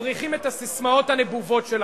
מפריחים את הססמאות הנבובות שלכם,